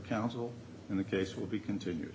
counsel and the case will be continue